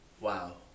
Wow